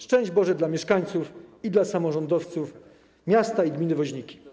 Szczęść Boże dla mieszkańców i samorządowców miasta i gminy Woźniki.